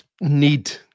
need